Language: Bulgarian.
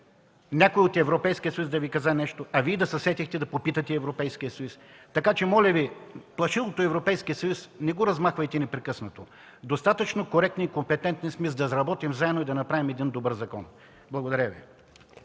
някой от Европейския съюз да Ви каза нещо? А Вие да се сетихте да попитате Европейския съюз? Така че, моля Ви, плашилото Европейски съюз не го размахвайте непрекъснато. Достатъчно коректни и компетентни сме, за да работим заедно и да направим един добър закон. Благодаря Ви.